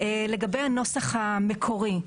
לגבי הנוסח המקורי,